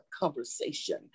conversation